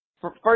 First